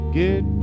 get